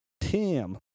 Tim